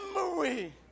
memory